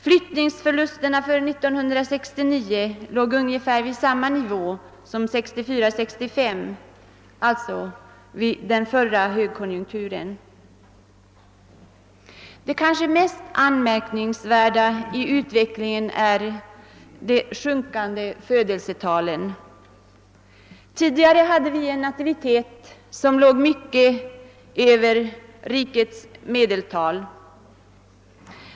Flyttningsförlusterna under 1969 låg vid ungefär samma nivå som åren 1964—1965, alltså under den förra högkonjunkturen. Det kanske mest anmärkningsvärda i utvecklingen är de sjunkande födelsetalen. Tidigare hade vi en nativitet som låg högt över rikets medeltal.